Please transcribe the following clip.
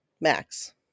max